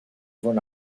von